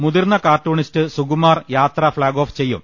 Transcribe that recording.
മുതിർന്ന കാർട്ടൂണിസ്റ്റ് സുകുമാർ യാത്ര flag off ചെ യ്യും